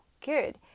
good